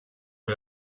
ari